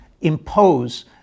impose